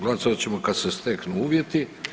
Glasovat ćemo kad se steknu uvjeti.